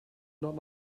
not